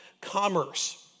commerce